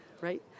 right